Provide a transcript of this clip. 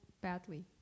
badly